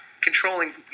controlling